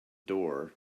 door